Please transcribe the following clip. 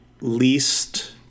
least